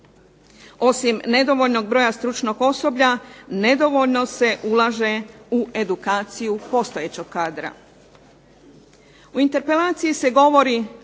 Osim nedovoljnog broja stručnog osoblja nedovoljno se ulaže u edukaciju postojećeg kadra.